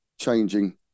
changing